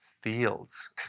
Fields